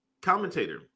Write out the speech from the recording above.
commentator